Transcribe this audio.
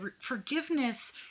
forgiveness